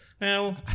Now